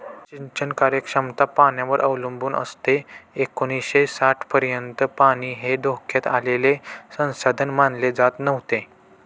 सिंचन कार्यक्षमता पाण्यावर अवलंबून असते एकोणीसशे साठपर्यंत पाणी हे धोक्यात आलेले संसाधन मानले जात नव्हते